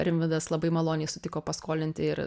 rimvydas labai maloniai sutiko paskolinti ir